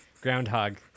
Groundhog